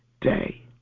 day